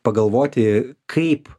pagalvoti kaip